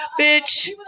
Bitch